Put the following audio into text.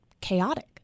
chaotic